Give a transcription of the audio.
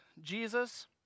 Jesus